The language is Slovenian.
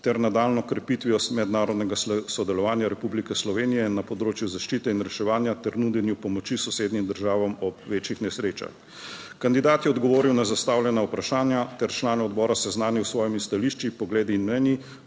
ter nadaljnjo krepitvijo mednarodnega sodelovanja Republike Slovenije na področju zaščite in reševanja ter nudenju pomoči sosednjim državam ob večjih nesrečah. Kandidat je odgovoril na zastavljena vprašanja ter člane odbora seznanil s svojimi stališči, pogledi in mnenji